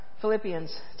Philippians